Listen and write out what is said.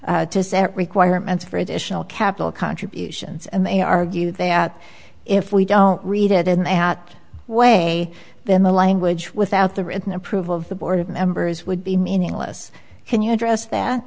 to set requirements for additional capital contributions and they argued that if we don't read it in that way then the language without the written approve of the board members would be meaningless can you address that